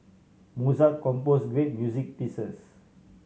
Mozart compose great music pieces